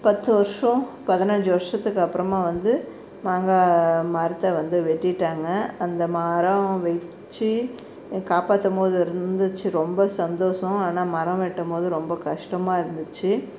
பத்து வருஷம் பதினஞ்சு வருஷத்துக்கு அப்புறமாக வந்து மாங்காய் மரத்தை வந்து வெட்டிவிட்டாங்க அந்த மரம் வச்சு காப்பாற்றம் போது இருந்துச்சு ரொம்ப சந்தோஷம் ஆனால் மரம் வெட்டும் போது ரொம்ப கஷ்டமாக இருந்துச்சு